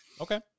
Okay